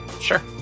Sure